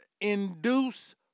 induce